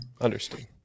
Understood